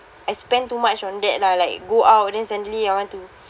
I spend too much on that lah like go out then suddenly I want to